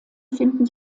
finden